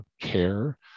care